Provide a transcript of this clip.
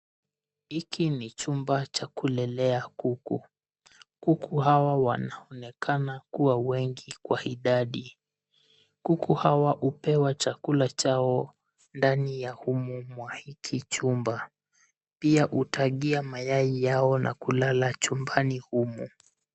Hiki ni chumba cha kulelea kuku, kuku hawa wanaonekana kuwa wengi kwa idadi. Kuku hawa hupewa chakula chao ndani ya humo mwa hiki chumba. Pia hutagia mayai yao na kulala chumbani humu.